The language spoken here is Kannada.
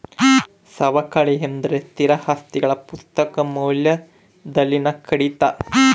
ಸವಕಳಿ ಎಂದರೆ ಸ್ಥಿರ ಆಸ್ತಿಗಳ ಪುಸ್ತಕ ಮೌಲ್ಯದಲ್ಲಿನ ಕಡಿತ